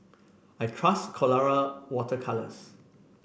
I trust Colora Water Colours